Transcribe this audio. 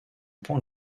point